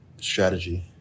strategy